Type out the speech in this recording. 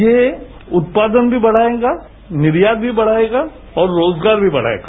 यह उत्पादन भी बढ़ाएगा निर्यात भी बढ़ायेगा और रोजगार भी बढ़ायेगा